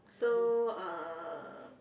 so uh